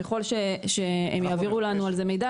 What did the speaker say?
ככל שהם יעבירו לנו על זה מידע,